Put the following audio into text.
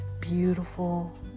beautiful